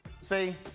See